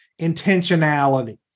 intentionality